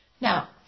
Now